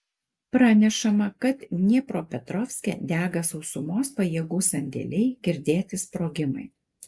pranešama kad dniepropetrovske dega sausumos pajėgų sandėliai girdėti sprogimai